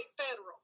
federal